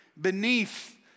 beneath